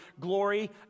glory